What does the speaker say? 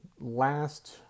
last